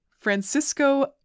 Francisco